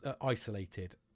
isolated